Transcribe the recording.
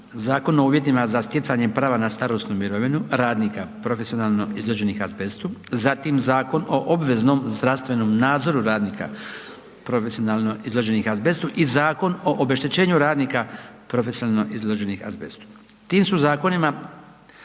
Zakon o uvjetima za stjecanja prava na starosnu mirovinu radnika profesionalno izloženih azbestu, zatim Zakon o obveznom zdravstvenom nadzoru radnika profesionalno izloženih azbestu i Zakon o obeštećenju radnika profesionalno izloženih azbestu.